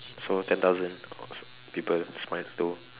so ten thousand people smile to